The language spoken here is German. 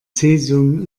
cäsium